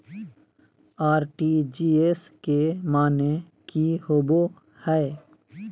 RTGS के माने की होबो है?